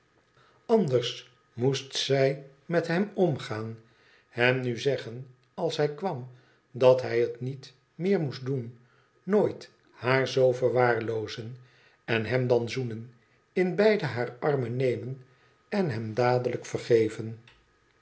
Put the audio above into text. anders moest zij met hem omgaan hem nu zeggen als hij kwam dat hij het niet meer moest doen nooit haar zoo verwaarloozen en hem dan zoenen in beide haar armen nemen en hem dadelijk vergeven